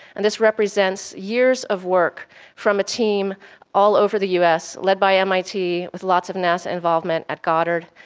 and this represents years of work from a team all over the us, led by mit with lots of nasa involvement at goddard,